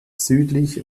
südlich